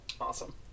Awesome